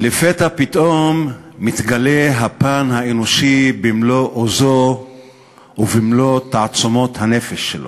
לפתע פתאום מתגלה הפן האנושי במלוא עוזו ובמלוא תעצומות הנפש שלו.